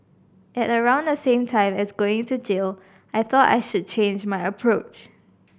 at around the same time as going to jail I thought I should change my approach